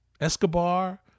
Escobar